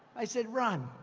i said, ron,